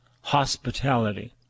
Hospitality